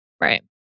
Right